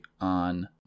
on